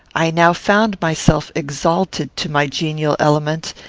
i now found myself exalted to my genial element,